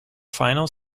final